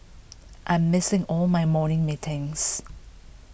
I'm missing all my morning meetings